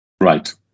right